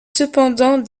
cependant